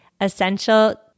essential